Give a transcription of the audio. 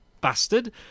bastard